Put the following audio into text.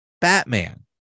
Batman